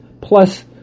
plus